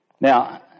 Now